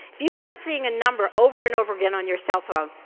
if you start seeing a number over and over again on your cellphone,